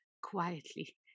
quietly